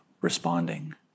responding